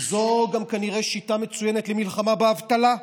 זו גם כנראה שיטה מצוינת למלחמה באבטלה: